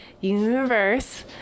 Universe